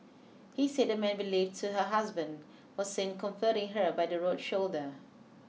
he said a man believed to her husband was seen comforting her by the road shoulder